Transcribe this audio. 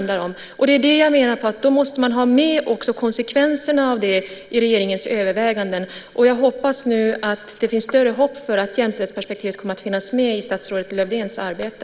Då måste konsekvenserna tas med i regeringens överväganden. Jag hoppas att jämställdhetsperspektivet kommer att finnas med i statsrådet Lövdéns arbete.